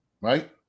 Right